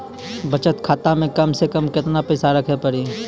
बचत खाता मे कम से कम केतना पैसा रखे पड़ी?